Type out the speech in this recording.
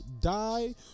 die